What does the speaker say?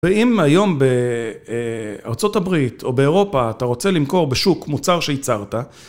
ואם היום בארה״ב או באירופה אתה רוצה למכור בשוק מוצר שייצרת